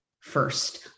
first